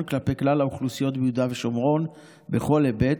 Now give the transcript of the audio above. כלפי כלל האוכלוסיות ביהודה ושומרון בכל היבט,